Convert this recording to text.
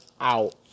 out